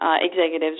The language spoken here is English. executives